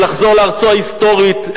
לחזור לארצו ההיסטורית,